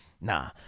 nah